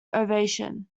ovation